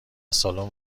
سالن